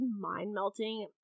mind-melting